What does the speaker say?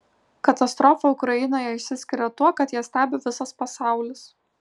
katastrofa ukrainoje išsiskiria tuo kad ją stebi visas pasaulis